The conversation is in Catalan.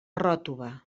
ròtova